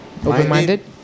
open-minded